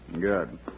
Good